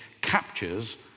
captures